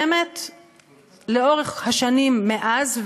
באמת לאורך השנים מאז,